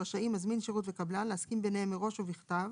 רשאים מזמין שירות וקבלן להסכים ביניהם מראש ובכתב